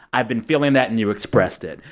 i've been feeling that, and you expressed it.